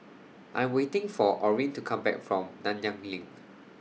I'm waiting For Orene to Come Back from Nanyang LINK